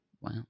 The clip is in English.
Wow